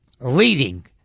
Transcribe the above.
leading